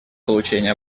получение